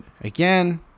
again